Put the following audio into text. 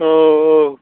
औ औ